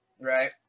right